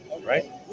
right